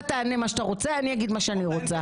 אתה תענה מה שאתה רוצה, אני אענה מה שאני רוצה.